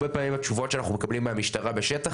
הרבה פעמים התשובות שאנחנו מקבלים מהמשטרה בשטח,